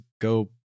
go